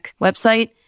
website